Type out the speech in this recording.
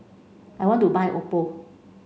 I want to buy Oppo